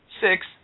Six